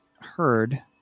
heard